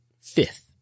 fifth